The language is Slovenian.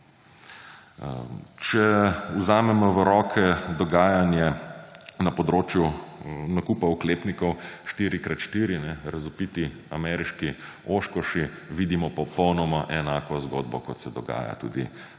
Če vzamem v roke dogajanje na področju nakupa oklepnikov 4 krat 4, razvpiti ameriški oshkoshi, vidimo popolnoma enako zgodbo, kot se dogaja na